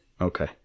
Okay